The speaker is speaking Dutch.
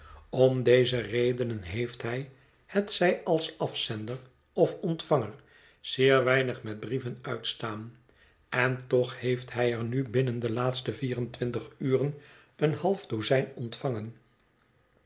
om deze redenen heeft hij hetzij als afzender of ontvanger zeer weinig met brieven uitstaan en toch heeft hij er nu binnen de laatste vier en twintig uren een half dozijn ontvangen